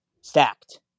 stacked